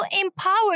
empowered